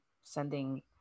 sending